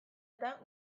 eta